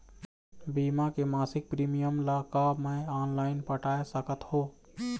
बीमा के मासिक प्रीमियम ला का मैं ऑनलाइन पटाए सकत हो?